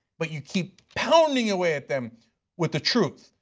but you keep pounding away at them with the truth.